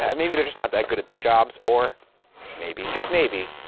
and maybe they're just not that good at their jobs or maybe, just maybe,